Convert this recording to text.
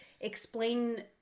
Explain